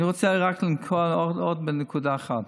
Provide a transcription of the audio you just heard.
אני רוצה רק לגעת עוד בנקודה אחת: